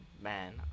man